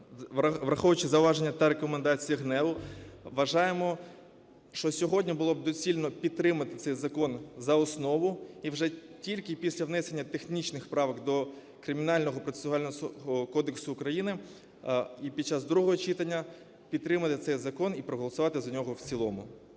враховуючи зауваження та рекомендації ГНЕУ, вважаємо, що сьогодні було б доцільно підтримати цей закон за основу і вже тільки після внесення технічних правок до Кримінального процесуального кодексу України і під час другого читання підтримати цей закон і проголосувати за нього в цілому.